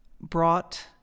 brought